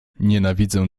nienawidzę